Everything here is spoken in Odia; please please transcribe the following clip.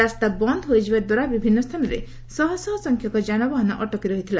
ରାସ୍ତା ବନ୍ଦ ହୋଇଯିବା ଦ୍ୱାରା ବିଭିନ୍ନ ସ୍ଥାନରେ ଶହ ଶହ ସଂଖ୍ୟକ ଜାନବାହନ ଅଟକି ରହିଥିଲା